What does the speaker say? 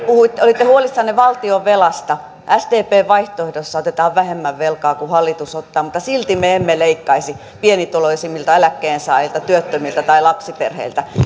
olitte huolissanne valtionvelasta sdpn vaihtoehdossa otetaan vähemmän velkaa kuin hallitus ottaa mutta silti me emme leikkaisi pienituloisimmilta eläkkeensaajilta työttömiltä tai lapsiperheiltä